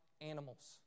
animals